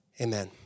Amen